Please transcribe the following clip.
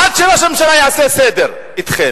עד שראש הממשלה יעשה סדר אתכם